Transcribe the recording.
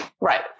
Right